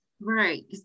Right